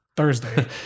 Thursday